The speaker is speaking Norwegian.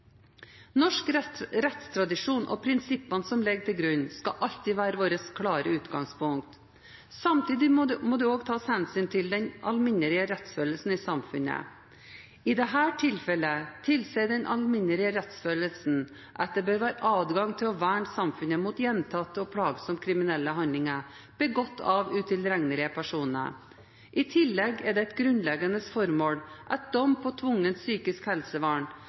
Norsk rettstradisjon og prinsippene som ligger til grunn, skal alltid være vårt klare utgangspunkt. Samtidig må det også tas hensyn til den alminnelige rettsfølelsen i samfunnet. I dette tilfellet tilsier den alminnelige rettsfølelsen at det bør være adgang til å verne samfunnet mot gjentatte og plagsomme kriminelle handlinger begått av utilregnelige personer. I tillegg er det et grunnleggende formål at dom på tvungent psykisk helsevern